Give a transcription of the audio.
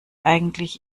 eigentlich